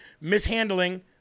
mishandling